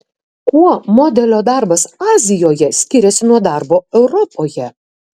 kuo modelio darbas azijoje skiriasi nuo darbo europoje